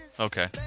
Okay